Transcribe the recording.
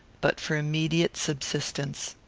but for immediate subsistence.